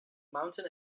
mountain